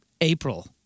April